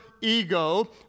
ego